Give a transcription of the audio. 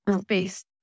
space